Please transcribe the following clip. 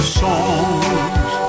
songs